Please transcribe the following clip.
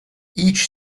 each